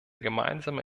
gemeinsame